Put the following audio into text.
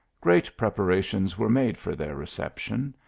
great preparations were made for their recep tion.